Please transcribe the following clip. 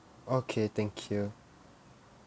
okay thank you